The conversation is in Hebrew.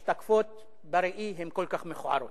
כי הפנים המשתקפות בראי הן כל כך מכוערות.